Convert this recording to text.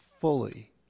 fully